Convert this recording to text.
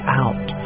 out